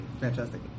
fantastic